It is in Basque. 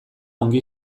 ongi